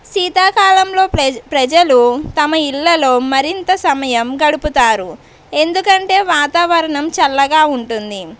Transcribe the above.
శీతాకాలంలో ప్ర ప్రజలు తమ ఇళ్లలో మరింత సమయం గడుపుతారు ఎందుకంటే వాతావరణం చల్లగా ఉంటుంది